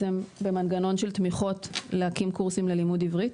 במנגנון של תמיכות להקים קורסים ללימוד עברית,